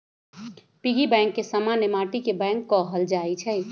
piggy bank के समान्य माटिके बैंक कहल जाइ छइ